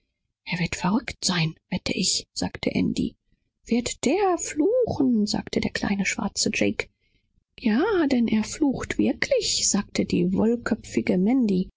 er wird ganz toll werden mein seel sagte andy wird er nicht fluchen sagte der kleine schwarze jack ja denn er flucht immer sagte die wollköpfige